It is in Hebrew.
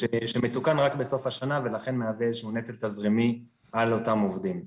שמתוקן רק בסוף השנה ולכן מהווה איזה שהוא נטל תזרימי על אותם עובדים.